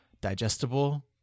digestible